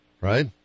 right